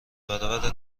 برابر